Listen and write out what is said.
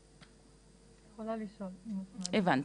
--- הבנתי,